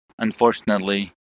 Unfortunately